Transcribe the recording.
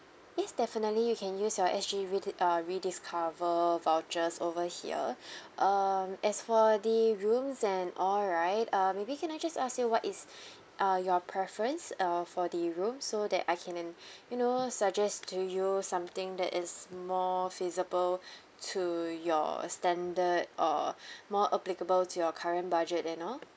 yes definitely you can use your S_G redi~ uh rediscover vouchers over here um as for the rooms and all right uh maybe can I just ask you what is uh your preference uh for the room so that I can you know suggest to you something that is more feasible to your standard or more applicable to your current budget you know